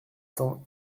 cents